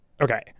Okay